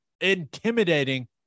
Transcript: intimidating